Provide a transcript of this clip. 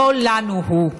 לא לנו הוא.